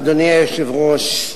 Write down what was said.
אדוני היושב-ראש,